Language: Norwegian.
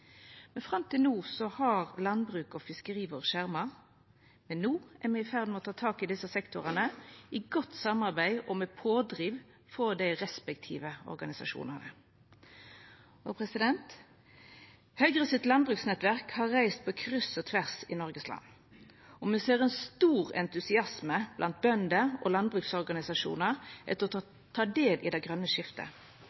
men no er me er i ferd med å ta tak i desse sektorane, i godt samarbeid med dei respektive organisasjonane, som òg er pådrivarar. Høgre sitt landbruksnettverk har reist på kryss og tvers i Noregs land, og me ser ein stor entusiasme blant bønder og landbruksorganisasjonar når det gjeld å ta